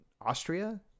Austria